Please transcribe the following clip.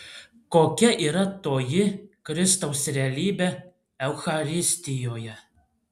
kokia yra toji kristaus realybė eucharistijoje